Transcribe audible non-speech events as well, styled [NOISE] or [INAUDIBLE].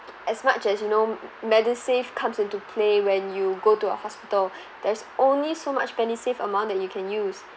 as much as you know [NOISE] Medisave comes into play when you go to a hospital [BREATH] there's only so much Medisave amount that you can use